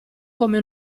come